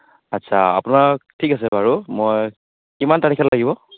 আচ্ছা আপোনাক ঠিক আছে বাৰু মই কিমান তাৰিখে লাগিব